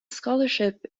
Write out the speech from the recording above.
scholarship